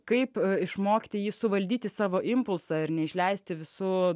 kaip išmokti jį suvaldyti savo impulsą ir neišleisti visų